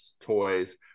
toys